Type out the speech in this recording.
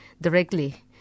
directly